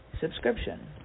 subscription